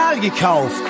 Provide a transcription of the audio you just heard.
gekauft